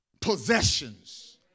Possessions